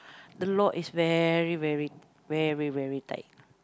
the law is very very very very tight